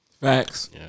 Facts